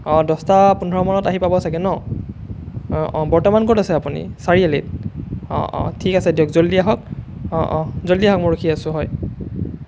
অঁ দছটা পোন্ধৰমানত আহি পাব চাগে নহ্ অঁ অঁ বৰ্তমান ক'ত আছে আপুনি চাৰিআলিত অঁ অঁ ঠিক আছে দিয়ক জল্দি আহক অঁ অঁ জল্দি আহক মই ৰখি আছোঁ হয়